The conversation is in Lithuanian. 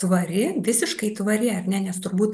tvari visiškai tvari ar ne nes turbūt